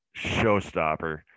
showstopper